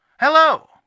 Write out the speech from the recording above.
Hello